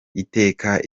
iteka